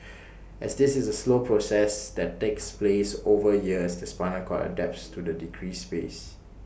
as this is A slow process that takes place over years the spinal cord adapts to the decreased space